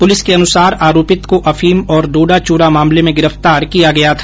police के अनुसार आरोपित को अफीम और डोडा चूरा मामले में गिरफ्तार किया गया था